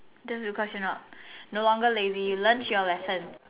that's because you're not no longer lazy you learnt your lesson